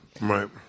Right